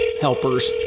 helpers